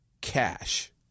cash